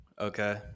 okay